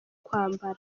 kwambara